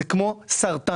זה כמו סרטן.